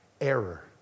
error